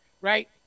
right